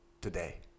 today